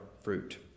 fruit